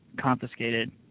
confiscated